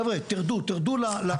חבר'ה, תרדו, תרדו למספרים האמיתיים.